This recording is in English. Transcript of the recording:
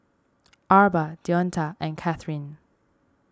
Arba Deonta and Kathryne